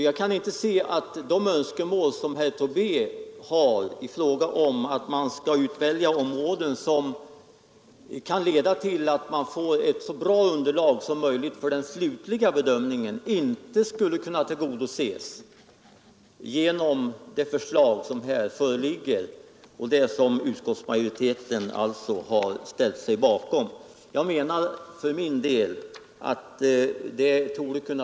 Jag kan inte inse att herr Tobés önskemål att man skall utvälja områden som ger så bra underlag som möjligt för den slutliga bedömningen inte skulle kunna tillgodoses genom det föreliggande av utskottsmajoriteten tillstyrkta förslaget.